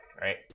right